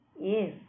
Yes